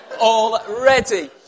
already